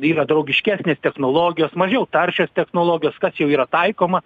yra draugiškesnės technologijos mažiau taršios technologijos kas jau yra taikoma